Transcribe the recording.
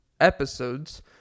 episodes